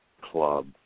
club